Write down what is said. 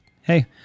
hey